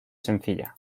sencilla